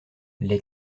les